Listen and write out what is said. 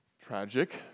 tragic